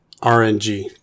RNG